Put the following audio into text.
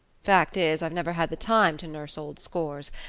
fact is, i've never had the time to nurse old scores,